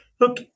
Look